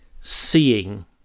seeing